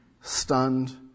stunned